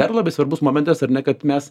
dar labai svarbus momentas ar ne kad mes